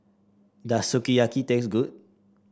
does Sukiyaki taste good